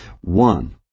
One